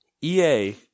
EA